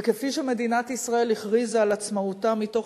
וכפי שמדינת ישראל הכריזה על עצמאותה מתוך